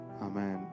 Amen